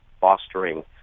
fostering